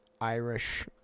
Irish